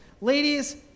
ladies